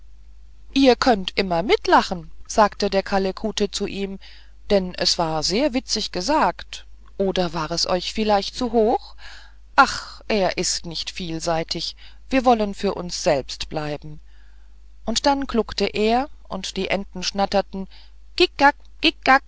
ihr könnt immer mitlachen sagte der kalekute zu ihm denn es war sehr witzig gesagt oder war es euch vielleicht zu hoch ach er ist nicht vielseitig wir wollen für uns selbst bleiben und dann gluckte er und die enten schnatterten